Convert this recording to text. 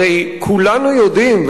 הרי כולנו יודעים,